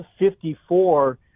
54